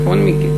נכון,